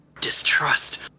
Distrust